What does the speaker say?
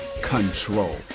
control